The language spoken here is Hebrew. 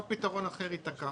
כל פתרון אחר ייתקע